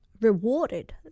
rewarded